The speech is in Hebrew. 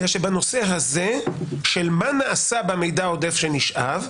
בגלל שבנושא הזה של מה נעשה במידע העודף שנשאב,